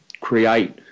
create